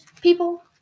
people